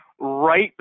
right